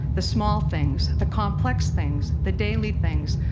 the small things, the complex things, the daily things,